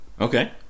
Okay